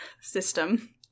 system